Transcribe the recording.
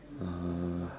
uh